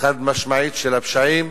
חד-משמעית של הפשעים